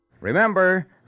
Remember